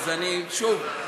שוב,